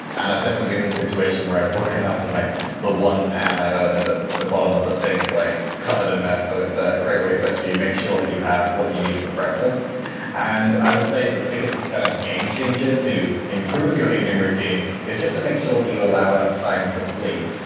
and i've definitely been in a situation where i've woken up to like the one pan i own is at the bottom of the sink like covered and mess. so, it's ah a great way to actually make sure that you have what you need for breakfast and i would say that the biggest kind of game changer to improve your evening routine is just to make sure that you allow enough time for sleep.